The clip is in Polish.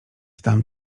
tam